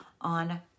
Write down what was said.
on